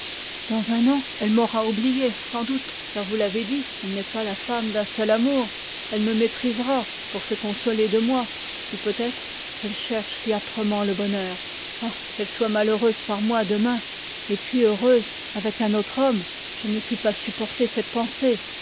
dans un an elle m'aura oublié sans doute car vous l'avez dit elle n'est pas la femme d'un seul amour elle me méprisera pour se consoler de moi ou peut-être ah qu'elle soit malheureuse par moi demain et puis heureuse avec un autre homme je ne puis pas supporter cette pensée